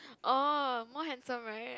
oh more handsome right